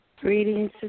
Greetings